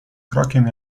krokiem